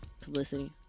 publicity